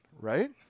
right